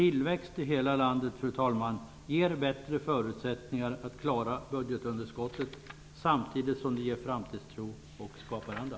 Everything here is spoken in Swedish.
Tillväxt i hela landet ger bättre förutsättningar att klara av budgetunderskottet samtidigt som det ger framtidstro och skaparanda.